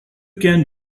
can